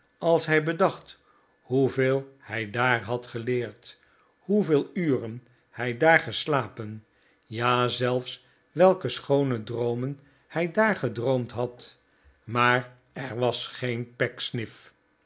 als hij bedacht hoeveel hij daar had geleerd hoeveel uren hij daar geslapen ja zelfs welke schoone droomen hij daar gedroomd had maar er was geen